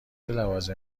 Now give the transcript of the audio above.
لوازم